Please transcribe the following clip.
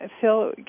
Phil